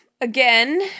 Again